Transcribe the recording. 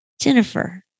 Jennifer